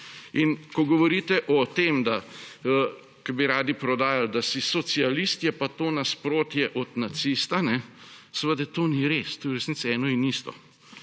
Ko govorite o tem, ko bi radi prodajali, da si socialist, je pa to nasprotje od nacista, seveda to ni res. To je v resnici eno in isto.